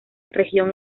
región